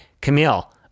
Camille